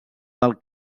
del